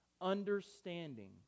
understanding